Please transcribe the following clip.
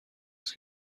است